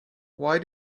why